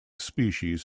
species